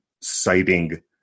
citing